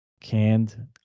Canned